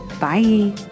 Bye